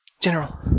General